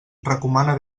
recomana